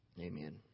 Amen